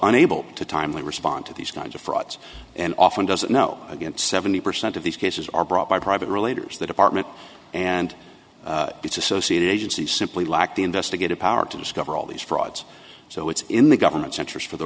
unable to timely respond to these kinds of frauds and often doesn't know again seventy percent of these cases are brought by private related to the department and its associated agencies simply lack the investigative power to discover all these frauds so it's in the government's interest for the